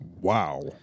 Wow